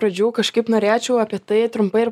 pradžių kažkaip norėčiau apie tai trumpai ir